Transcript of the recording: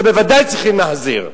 את זה בוודאי צריכים להחזיר.